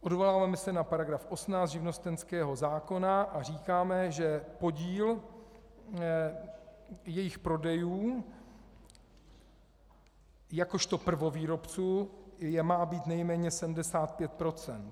Odvoláváme se na § 18 živnostenského zákona a říkáme, že podíl jejich prodejů jakožto prvovýrobců má být nejméně 75 %.